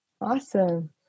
Awesome